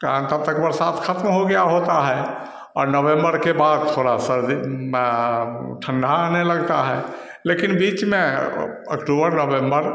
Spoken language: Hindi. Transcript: कारण तब तक बरसात खत्म हो गई होती है और नवम्बर के बाद थोड़ी सर्दी ठण्डा आने लगता है लेकिन बीच में अक्टूबर नवम्बर